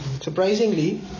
surprisingly